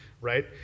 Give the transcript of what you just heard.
right